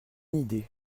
idée